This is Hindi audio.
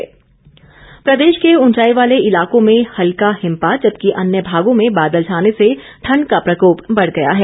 मौसम प्रदेश के उंचाई वाले इलाकों में हल्का हिमपात जबकि अन्य भागों में बादल छाने से ठंड का प्रकोप बढ़ गया है